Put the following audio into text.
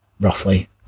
roughly